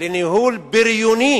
לניהול בריוני